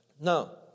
No